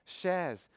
shares